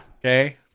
Okay